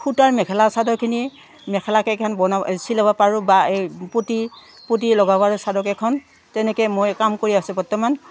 সূতাৰ মেখেলা চাদৰখিনি মেখেলাকেইখন বন চিলাব পাৰোঁ বা এই পুতি পুতি লগাবাৰ চাদৰকেইখন তেনেকৈ মই কাম কৰি আছো বৰ্তমান